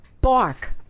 Bark